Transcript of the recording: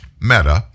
Meta